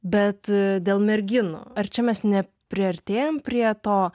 bet dėl merginų ar čia mes ne priartėjom prie to